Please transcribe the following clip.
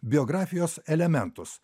biografijos elementus